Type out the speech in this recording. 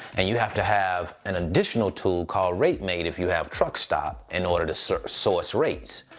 and you have to have an additional tool called rate mate if you have truckstop, in order to source source rates.